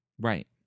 Right